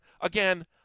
Again